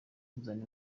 tuzana